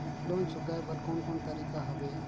Loan चुकाए बर कोन कोन तरीका हवे?